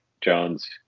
Jones